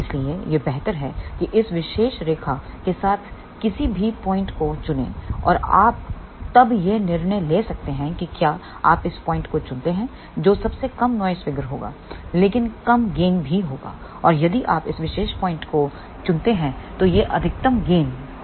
इसलिए यह बेहतर है कि इस विशेष रेखा के साथ किसी भी पॉइंट को चुनें और आप तब यह निर्णय ले सकते हैं कि क्या आप इस पॉइंट को चुनते हैं जो सबसे कम नॉइस फिगर होगा लेकिन कम गेन भी होगा और यदि आप इस विशेष पॉइंट को चुनते हैं तो यह अधिकतम गेन होगा